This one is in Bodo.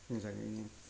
मोजाङैनो